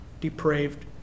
depraved